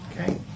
Okay